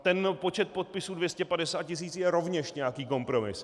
Ten počet podpisů 250 tisíc je rovněž nějaký kompromis.